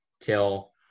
till